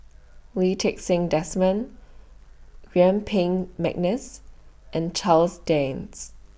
Lee Ti Seng Desmond Yuen Peng Mcneice and Charles Dyce